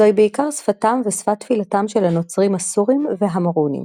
זוהי בעיקר שפתם ושפת תפילתם של הנוצרים הסורים והמרונים.